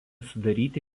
sudaryti